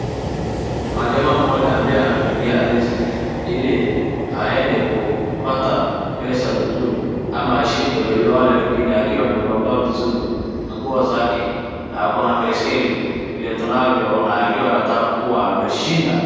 Kuna jamaa mmoja ambaye ameingia racing ili aende kupata pesa vizuri ama ashinde wale wengine akiwa amevaa vaa vizuri na nguo zake. Na ako baiskeli vile tunavyoona akiwa anataka kuwa ameshinda.